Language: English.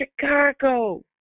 Chicago